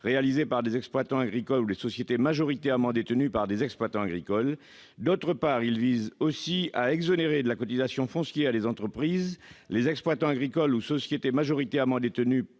réalisée par des exploitants agricoles ou des sociétés majoritairement détenues par des exploitants agricoles. D'autre part, cet amendement vise à exonérer de la cotisation foncière des entreprises les exploitants agricoles ou sociétés majoritairement détenues